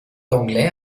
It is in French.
d’anglais